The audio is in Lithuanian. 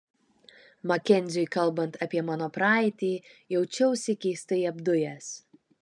makenziui kalbant apie mano praeitį jaučiausi keistai apdujęs